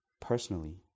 personally